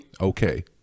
Okay